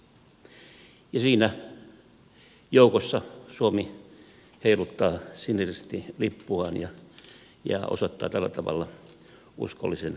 siinä joukossa suomi heiluttaa siniristilippuaan ja osoittaa tällä tavalla uskollisen liittolaisuutensa